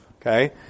Okay